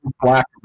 black